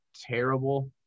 terrible